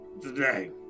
today